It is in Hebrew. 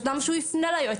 אז למה שהוא יפנה ליועצת?